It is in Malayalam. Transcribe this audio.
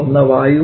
ഒന്ന് വായു